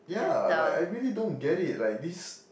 ya like I really don't get it like this